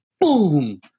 boom